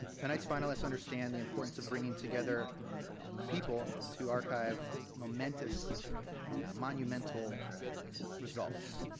tonight's finalists understand the importance of bringing together people to archive momentous and monumental results.